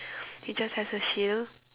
he just has a shield